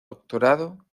doctorado